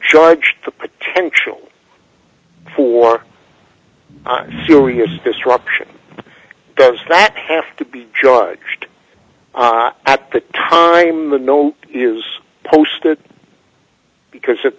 the potential for serious disruption does that have to be judged at the time the note is posted because at